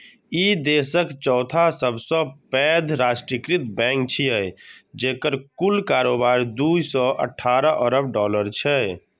ई देशक चौथा सबसं पैघ राष्ट्रीयकृत बैंक छियै, जेकर कुल कारोबार दू सय अठारह अरब डॉलर छै